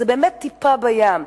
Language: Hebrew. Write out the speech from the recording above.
זו באמת טיפה בים,